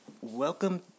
Welcome